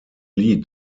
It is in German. lied